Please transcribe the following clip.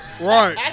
right